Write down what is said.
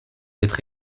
d’être